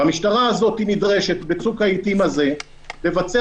והמשטרה הזאת נדרשת בצוק העתים הזה לבצע